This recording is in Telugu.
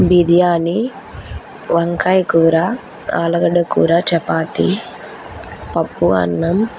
బిర్యానీ వంకాయ కూర ఆలుగడ్డ కూర చపాతి పప్పు అన్నం